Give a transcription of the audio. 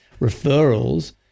referrals